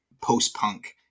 post-punk